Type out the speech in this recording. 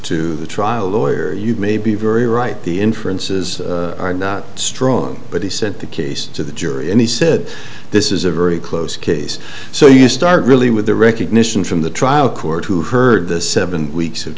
to the trial lawyer you may be very right the inferences are not strong but he sent the case to the jury and he said this is a very close case so you start really with the recognition from the trial court who heard the seven weeks of